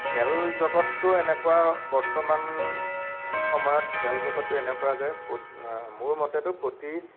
খেল জগতটো এনেকুৱা বৰ্তমান সময়ত খেল জগতটো এনেকুৱা যে পত মোৰ মতেটো প্ৰতি